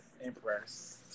Impressed